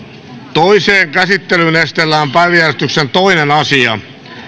ainoaan käsittelyyn esitellään päiväjärjestyksen toinen asia